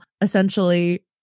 essentially